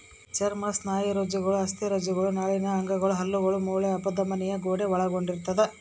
ಚರ್ಮ ಸ್ನಾಯುರಜ್ಜುಗಳು ಅಸ್ಥಿರಜ್ಜುಗಳು ನಾಳೀಯ ಅಂಗಗಳು ಹಲ್ಲುಗಳು ಮೂಳೆ ಅಪಧಮನಿಯ ಗೋಡೆ ಒಳಗೊಂಡಿರ್ತದ